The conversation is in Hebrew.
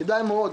כדאי מאוד,